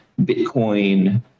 bitcoin